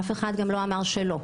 אף אחד לא אומר שלא,